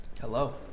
Hello